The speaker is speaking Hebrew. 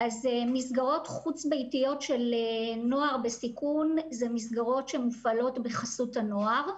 מסגרות חוץ ביתיות של נוער בסיכון הן מסגרות שמופעלות בחסות הנוער.